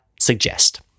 suggest